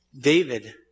David